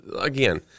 again